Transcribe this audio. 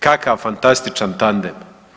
Kakav fantastičan tandem.